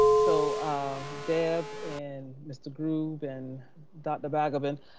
so um deb and mr. grube and dr. balgobin.